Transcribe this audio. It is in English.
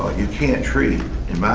you can't treat in